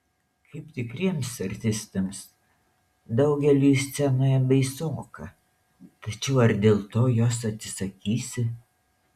kaip tikriems artistams daugeliui scenoje baisoka tačiau ar dėl to jos atsisakysi